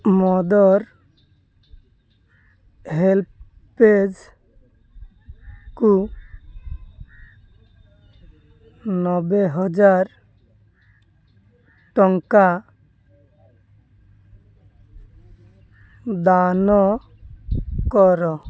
ମଦର ହେଲ୍ପେଜ୍କୁ ନେବେହଜାର ଟଙ୍କା ଦାନ କର